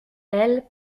elle